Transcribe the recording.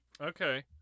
Okay